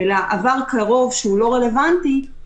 שעבר עבירה ורוצים להחזיר אותו למוטב